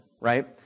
right